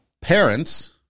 parents